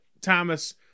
Thomas